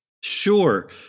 Sure